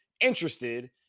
interested